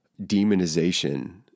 demonization